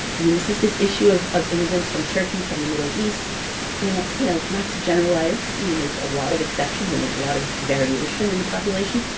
i mean this is this issue of of immigrants from turkey, from the middle east who, you know not to generalize, i mean there's a lot of exceptions, and there's a lot of variation in the population.